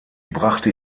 brachte